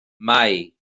mai